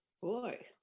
Boy